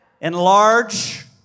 Enlarge